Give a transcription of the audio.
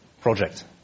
project